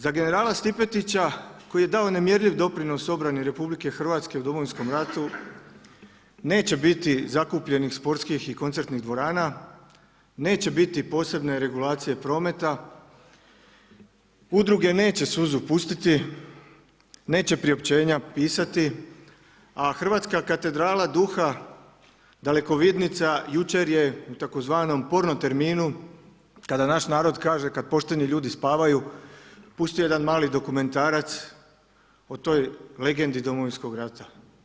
Za generala Stipetića koji je dao nemjerljiv doprinos obrani Republike Hrvatske u Domovinskom ratu neće biti zakupljenih sportskih i koncertnih dvorana, neće biti posebne regulacije prometa, udruge neće suzu pustiti, neće priopćenja pisati, a hrvatska katedrala duha, dalekovidnica jučer je u tzv. porno terminu kada naš narod kaže kad pošteni ljudi spavaju pustio je jedan mali dokumentarac o toj legendi Domovinskog rata.